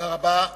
תודה רבה.